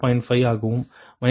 5 ஆகவும் மைனஸ் 0